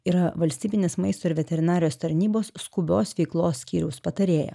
yra valstybinės maisto ir veterinarijos tarnybos skubios veiklos skyriaus patarėja